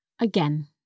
again